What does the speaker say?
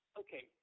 okay